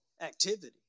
activity